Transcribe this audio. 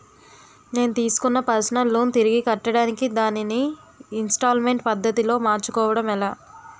నేను తిస్కున్న personal loan తిరిగి కట్టడానికి దానిని ఇంస్తాల్మేంట్ పద్ధతి లో మార్చుకోవడం ఎలా?